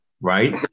Right